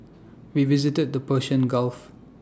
we visited the Persian gulf